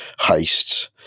heists